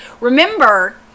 remember